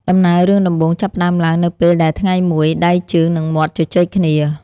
ដំណើររឿងដំបូង ចាប់ផ្ដើមឡើងនៅពេលដែលថ្ងៃមួយ ដៃ ជើង និងមាត់ជជែកគ្នា ។